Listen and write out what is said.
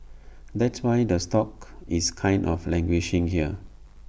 that's why the stock is kind of languishing here